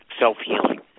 self-healing